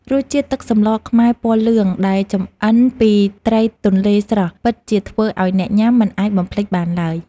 រសជាតិទឹកសម្លខ្មែរពណ៌លឿងដែលចម្អិនពីត្រីទន្លេស្រស់ពិតជាធ្វើឱ្យអ្នកញ៉ាំមិនអាចបំភ្លេចបានឡើយ។